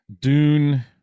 dune